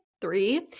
three